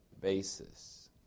basis